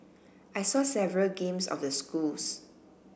I saw several games of the schools